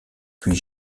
puis